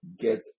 get